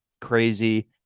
crazy